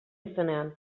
izenean